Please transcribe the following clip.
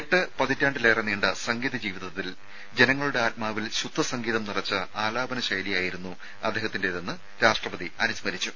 എട്ട് പതിറ്റാണ്ടിലേറെ നീണ്ട സംഗീത ജീവിതത്തിൽ ജനങ്ങളുടെ ആത്മാവിൽ ശുദ്ധ സംഗീതം നിറച്ച ആലാപന ശൈലിയായിരുന്നു അദ്ദേഹത്തിന്റേതെന്ന് രാഷ്ട്രപതി അനുസ്മരിച്ചു